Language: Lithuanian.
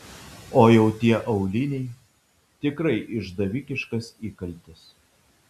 o jau tie auliniai tikrai išdavikiškas įkaltis